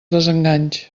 desenganys